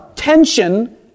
tension